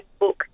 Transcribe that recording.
Facebook